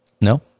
No